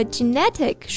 Genetic